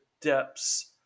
depths